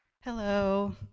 Hello